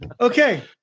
Okay